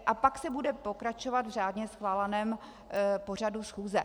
A pak se bude pokračovat v řádně schváleném pořadu schůze.